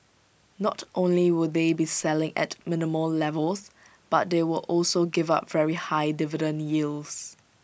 not only will they be selling at minimal levels but they will also give up very high dividend yields